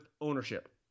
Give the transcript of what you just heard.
ownership